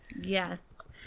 Yes